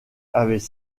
avaient